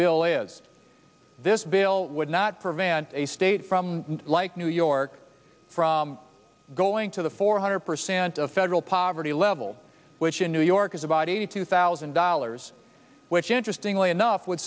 bill is this bill would not prevent a state from like new york from going to the four hundred percent of federal poverty level which in new york is about eighty two thousand dollars which interestingly enough w